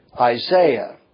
Isaiah